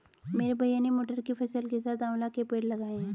मेरे भैया ने मटर की फसल के साथ आंवला के पेड़ लगाए हैं